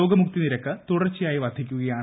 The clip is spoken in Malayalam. രോഗമുക്തി നിരക്ക് തുടർച്ചയായി വർദ്ധിക്കുകയാണ്